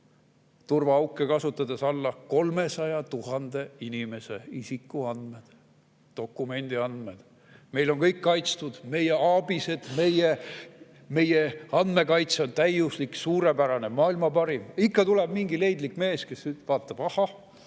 turvaauke ära kasutades alla 300 000 inimese isikuandmed – dokumentide andmed. Meil on kõik kaitstud! Meie ABIS-ed, meie andmekaitse on täiuslik, suurepärane, maailma parim! Ikka tuleb mingi leidlik mees, kes vaatab: ahah,